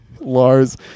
Lars